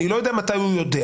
אני לא יודע ממתי הוא יודע.